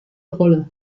rolle